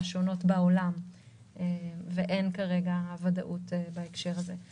השונות בעולם ואין כרגע ודאות בהקשר הזה.